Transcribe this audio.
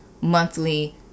monthly